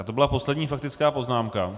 To byla poslední faktická poznámka.